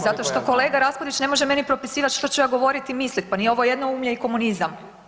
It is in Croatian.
Zato što kolega Raspudić ne može meni propisivat što ću ja govoriti i mislit, pa nije ovo jednoumlje i komunizam.